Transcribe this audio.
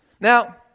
Now